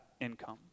income